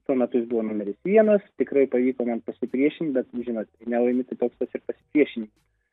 tuo metu jis buvo numeris vienas tikrai pavyko jam pasipriešint bet nu žinot kai nelaimi tai toks tas ir priešinimas